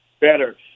better